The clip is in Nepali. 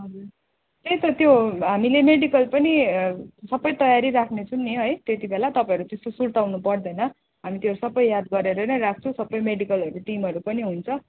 हजुर त्यही त त्यो हामीले मेडिकल पनि सबै तयारी राख्नेछौँ नि है तपाईँहरू त्यस्तो सुर्ताउनु पर्दैन हामी त्यो सबै याद गरेर नै राख्छौँ सबै मेडिकलहरू टिमहरू पनि हुन्छ